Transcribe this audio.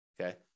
okay